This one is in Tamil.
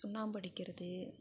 சுண்ணாம்பு அடிக்கிறது